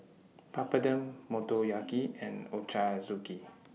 Papadum Motoyaki and Ochazuke